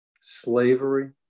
slavery